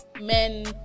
men